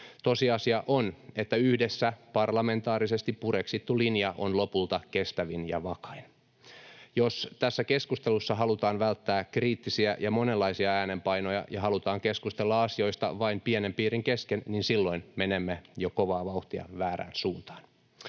Tosiasia on, että yhdessä parlamentaarisesti pureksittu linja on lopulta kestävin ja vakain. Jos tässä keskustelussa halutaan välttää kriittisiä ja monenlaisia äänenpainoja ja halutaan keskustella asioista vain pienen piirin kesken, niin silloin menemme jo kovaa vauhtia väärään suuntaan.